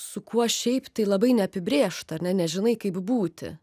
su kuo šiaip tai labai neapibrėžta ar ne nežinai kaip būti